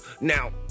Now